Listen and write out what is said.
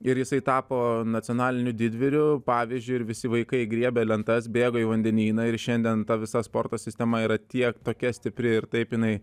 ir jisai tapo nacionaliniu didvyriu pavyzdžiui ir visi vaikai griebė lentas bėgo į vandenyną ir šiandien ta visa sporto sistema yra tiek tokia stipri ir taip jinai